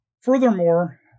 Furthermore